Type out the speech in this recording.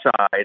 side